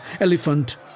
elephant